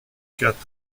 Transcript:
quatre